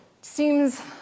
Seems